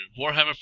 Warhammer